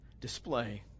display